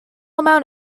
amount